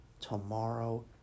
Tomorrow